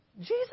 Jesus